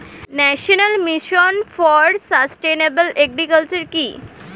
National mission for sustainable agriculture কি?